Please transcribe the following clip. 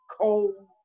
cold